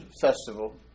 festival